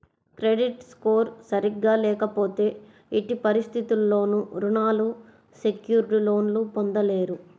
credit score సరిగ్గా లేకపోతే ఎట్టి పరిస్థితుల్లోనూ రుణాలు సెక్యూర్డ్ లోన్లు పొందలేరు